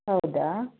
ಹೌದಾ